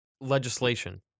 legislation